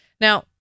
Now